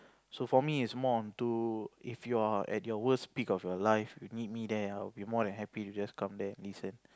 so for me is more onto if you're at your worst peak of your life you need me there I'll be more than happy to just come there and listen